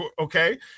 okay